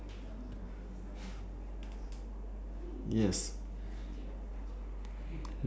yes